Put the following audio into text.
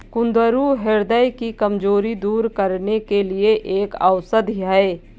कुंदरू ह्रदय की कमजोरी दूर करने के लिए एक औषधि है